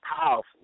powerful